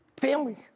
family